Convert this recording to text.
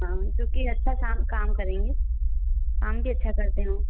हाँ क्योंकि अच्छा काम काम करेंगे काम भी अच्छा करते हैं वो